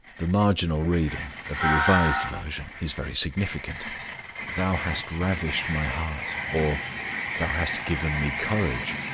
the marginal reading of the revised version is very significant thou hast ravished my heart, or thou hast given me courage.